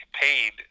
paid